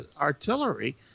artillery